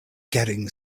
getting